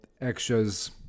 extras